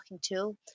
Tool